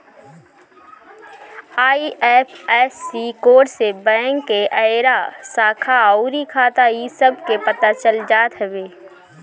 IFSC code से bank के area, शाखा अउरी खाता इ सब के पता चल जात हवे